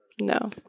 No